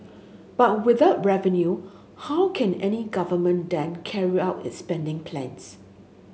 but without revenue how can any government then carry out its spending plans